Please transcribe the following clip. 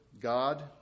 God